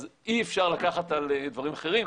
אז אי אפשר לקחת על דברים אחרים.